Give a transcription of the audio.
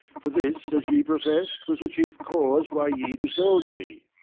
for this, as ye professed, was the chief cause why ye disowned me.